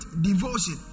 devotion